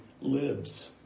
lives